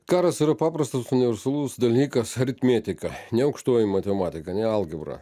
karas yra paprastas universalus dalykas aritmetika ne aukštoji matematika ne algebra